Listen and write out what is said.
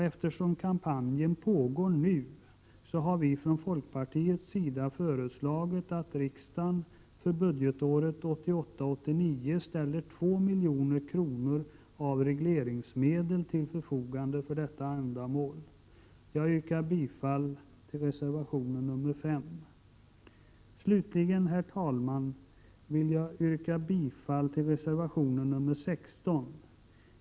Eftersom kampanjen pågår nu, har vi från folkpartiets sida föreslagit att riksdagen för budgetåret 1988/89 ställer 2 milj.kr. av regleringsmedel till förfogande för detta ändamål. Jag yrkar bifall till reservation nr 5. Slutligen, herr talman, vill jag yrka bifall till reservation nr 16.